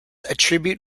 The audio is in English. attribute